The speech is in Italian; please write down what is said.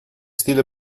stile